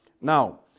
Now